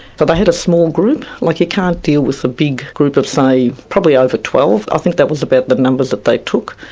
so they had a small group like you can't deal with a big group of say, probably over twelve. i think that was about the numbers that they took.